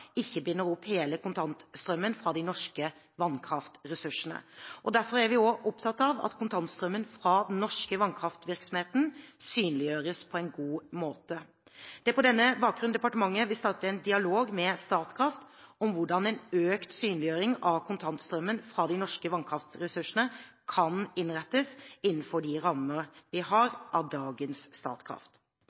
ikke binder opp hele kontantstrømmen fra de norske vannkraftressursene. Derfor er vi også opptatt av at kontantstrømmen fra den norske vannkraftvirksomheten synliggjøres på en god måte. Det er på denne bakgrunn departementet vil starte en dialog med Statkraft om hvordan en økt synliggjøring av kontantstrømmen fra de norske vannkraftressursene kan innrettes innenfor rammene av dagens Statkraft. Jeg mener regjeringen med sitt forslag har